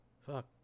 fuck